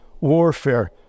warfare